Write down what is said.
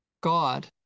God